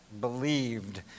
believed